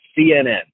CNN